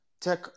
tech